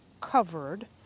covered